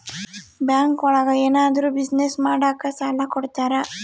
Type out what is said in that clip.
bank ಒಳಗ ಏನಾದ್ರೂ business ಮಾಡಾಕ ಸಾಲ ಕೊಡ್ತಾರ